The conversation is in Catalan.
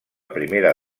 primera